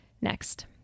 Next